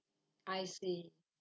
I see